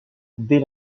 dès